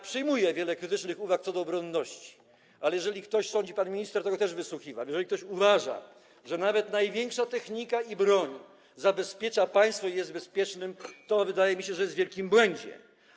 Przyjmuję wiele krytycznych uwag co do obronności, ale jeżeli ktoś sądzi - pan minister też tego wysłuchiwał - jeżeli ktoś uważa, że to największa technika, broń zabezpieczają państwo i jest wtedy bezpieczne, to wydaje mi się, że jest w wielkim błędzie.